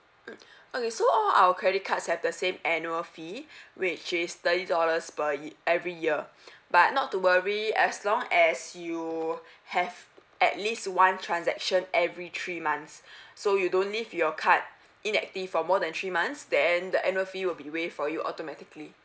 mm okay so all our credit cards have the same annual fee which is thirty dollars per ye~ every year but not to worry as long as you have at least one transaction every three months so you don't leave your card inactive for more than three months then the annual fee will be waived for you automatically